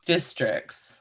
Districts